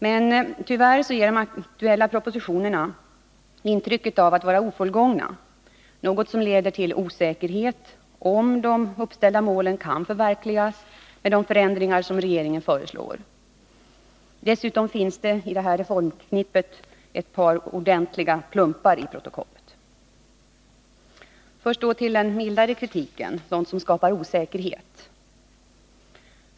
Men tyvärr ger de nu aktuella propositionerna intryck av att vara ofullgångna, något som leder till osäkerhet om huruvida de uppställda målen kan förverkligas med de förändringar som regeringen föreslår. Dessutom finns det i detta reformknippe ett par ordentliga plumpar i protokollet. Först då den mildare kritiken — sådant som skapar säkerhet.